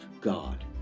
God